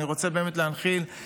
אני רוצה באמת להנחיל,